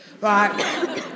right